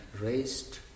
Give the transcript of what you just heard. raised